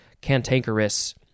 cantankerous